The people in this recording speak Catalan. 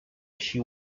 així